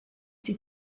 die